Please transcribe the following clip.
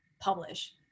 publish